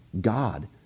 God